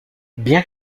bien